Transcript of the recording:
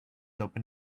open